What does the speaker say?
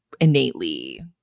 innately